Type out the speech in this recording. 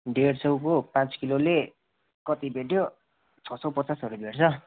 डेढ सयको पाँच किलोले कति भेट्यो छ सय पचासहरू भेट्छ